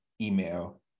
email